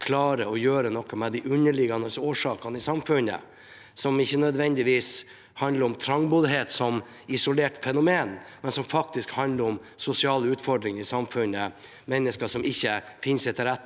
å gjøre noe med de underliggende årsakene i samfunnet, som ikke nødvendigvis handler om trangboddhet som isolert fenomen, men om sosiale utfordringer i samfunnet – mennesker som ikke finner seg til rette,